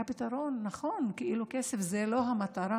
והפתרון, נכון, כסף זה לא המטרה,